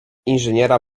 inżyniera